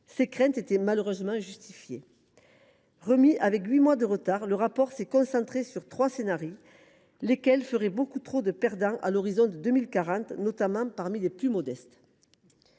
Ses craintes étaient malheureusement justifiées. Remis avec huit mois de retard, le rapport s’est concentré sur trois scénarios, lesquels feraient beaucoup trop de perdants à l’horizon de 2040, notamment parmi les plus modestes.